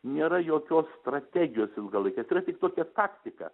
nėra jokios strategijos ilgalaikės yra tik tokia taktika